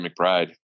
McBride